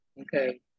Okay